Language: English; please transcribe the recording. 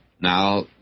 Now